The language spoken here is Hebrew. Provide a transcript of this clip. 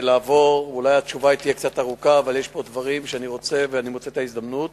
אולי התשובה תהיה קצת ארוכה אבל אני מוצא את ההזדמנות